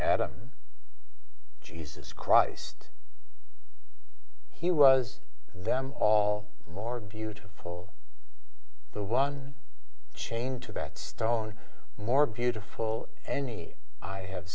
adam jesus christ he was them all more beautiful the one chained to that stone more beautiful any i have